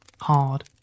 hard